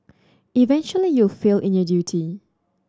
eventually you will fail in your duty